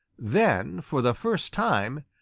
then, for the first time,